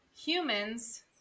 Humans